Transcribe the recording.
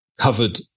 covered